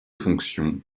fonction